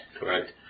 Correct